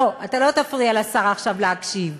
לא, אתה לא תפריע לשר עכשיו להקשיב.